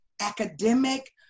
academic